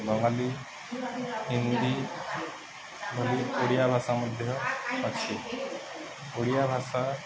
ବଙ୍ଗାଳୀ ହିନ୍ଦୀ ଓଡ଼ି ଓଡ଼ିଆ ଭାଷା ମଧ୍ୟ ଅଛି ଓଡ଼ିଆ ଭାଷା